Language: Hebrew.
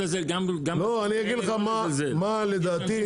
כבודו, אני אגיד לכם את דעתי.